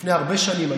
לפני הרבה שנים.